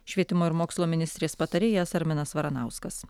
švietimo ir mokslo ministrės patarėjas arminas varanauskas